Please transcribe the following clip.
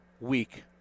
week